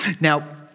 Now